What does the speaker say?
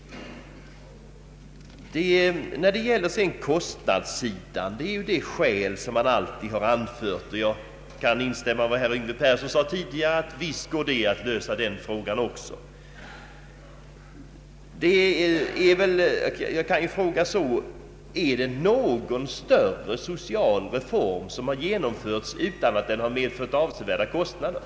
Det skäl som alltid har anförts är kostnaderna. Jag kan instämma i vad herr Yngve Persson sade tidigare, att denna fråga också går att lösa. Finns det någon större social reform som genomförts utan att ha medfört avsevärda kostnader?